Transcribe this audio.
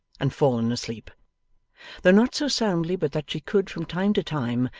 and fallen asleep though not so soundly but that she could, from time to time,